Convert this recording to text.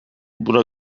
buna